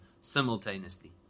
simultaneously